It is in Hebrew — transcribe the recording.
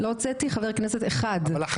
לא הוצאתי חבר כנסת אחד בכל הוועדות שהייתי.